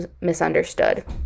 misunderstood